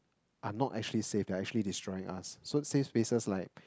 are not actually safe they are actually destroying us so safe spaces like